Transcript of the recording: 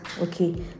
okay